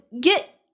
get